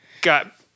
got